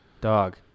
dog